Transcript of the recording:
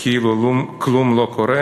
כאילו כלום לא קורה?